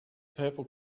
purple